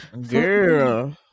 Girl